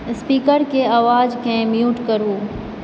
speaker के आवाजकेँ mute करू